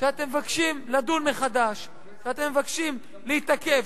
שאתם מבקשים לדון מחדש ואתם מבקשים להתעכב,